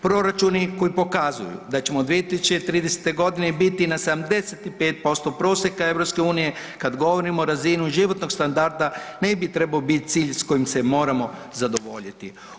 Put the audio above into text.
Proračuni koji pokazuju da ćemo 2030.g. biti na 75% prosjeka EU, kad govorimo o razini životnog standarda ne bi trebao bit cilj s kojim se moramo zadovoljiti.